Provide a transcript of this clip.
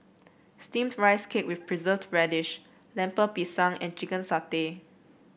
steamed Rice Cake with Preserved Radish Lemper Pisang and Chicken Satay